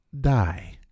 die